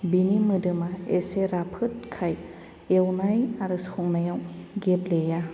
बिनि मोदोमा एसे राफोदखाय एवनाय आरो संनायाव गेब्लेया